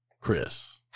Chris